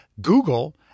Google